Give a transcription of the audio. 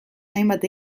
hainbat